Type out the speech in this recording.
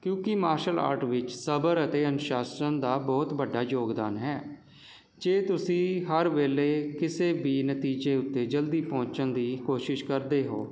ਕਿਉਂਕਿ martial art ਵਿੱਚ ਸਬਰ ਅਤੇ ਅਨੁਸ਼ਾਸਨ ਦਾ ਬਹੁਤ ਵੱਡਾ ਯੋਗਦਾਨ ਹੈ ਜੇ ਤੁਸੀਂ ਹਰ ਵੇਲ਼ੇ ਕਿਸੇ ਵੀ ਨਤੀਜੇ ਉੱਤੇ ਜਲਦੀ ਪਹੁੰਚਣ ਦੀ ਕੋਸ਼ਿਸ਼ ਕਰਦੇ ਹੋ